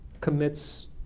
commits